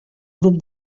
grup